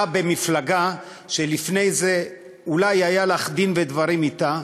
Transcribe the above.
במפלגה שלפני זה אולי היה לך דין ודברים אתה.